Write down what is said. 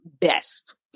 best